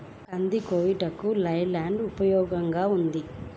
కంది కోయుటకు లై ల్యాండ్ ఉపయోగముగా ఉంటుందా?